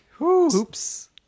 Oops